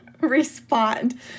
respond